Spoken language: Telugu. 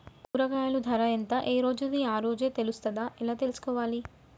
కూరగాయలు ధర ఎంత ఏ రోజుది ఆ రోజే తెలుస్తదా ఎలా తెలుసుకోవాలి?